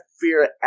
fear